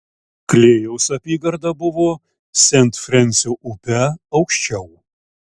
klėjaus apygarda buvo sent frensio upe aukščiau